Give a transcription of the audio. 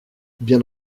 bien